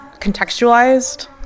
contextualized